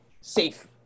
Safe